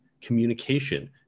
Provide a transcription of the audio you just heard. communication